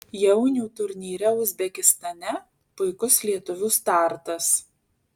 jaunių turnyre uzbekistane puikus lietuvių startas